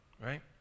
right